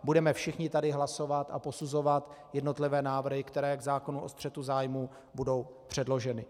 Budeme tady všichni hlasovat a posuzovat jednotlivé návrhy, které k zákonu o střetu zájmů budou předloženy.